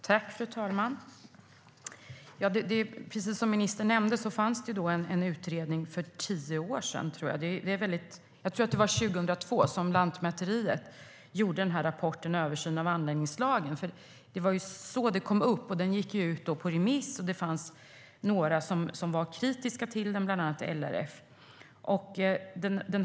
Fru talman! Precis som ministern nämnde kom det en utredning för drygt tio år sedan. Jag tror att det var 2002 som Lantmäteriet gjorde rapporten Översyn av anläggningslagen . Det var så detta kom upp. Översynen gick ut på remiss, och några var kritiska till den, bland andra LRF.